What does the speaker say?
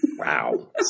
Wow